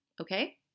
Okay